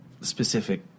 specific